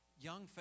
Young